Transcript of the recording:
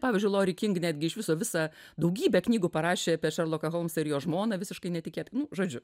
pavyzdžiui lori king netgi iš viso visą daugybę knygų parašė apie šerloką holmsą ir jo žmoną visiškai netikėtai nu žodžiu